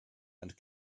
and